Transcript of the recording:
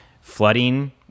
flooding